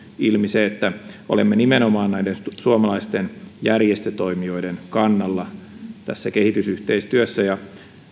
ilmi se että olemme nimenomaan näiden suomalaisten järjestötoimijoiden kannalla kehitysyhteistyössä ja